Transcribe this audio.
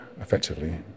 effectively